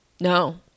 No